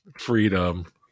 freedom